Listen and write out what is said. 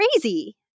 crazy